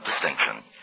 distinction